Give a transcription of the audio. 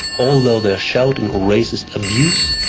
although they're shouting racist abuse,